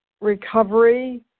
recovery